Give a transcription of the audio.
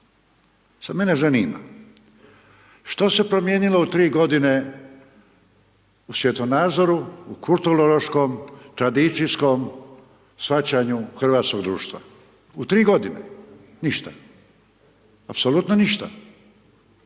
Sad mene zanima, što se promijenilo u tri godine u svjetonazoru, u kulturološkom, tradicijskom shvaćanju hrvatskog društva, u tri godine? Ništa. Apsolutno ništa.